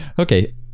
Okay